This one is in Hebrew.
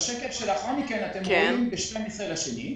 בשקף שלאחר מכן אתם רואים ב-12 בפברואר,